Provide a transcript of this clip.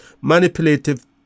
Manipulative